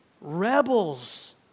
Rebels